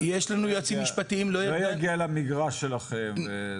שזה לא יגיע למגרש שלכם?